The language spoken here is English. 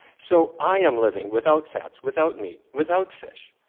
so i am living without fats, without meat, without fish.